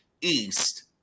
East